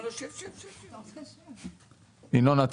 ינון,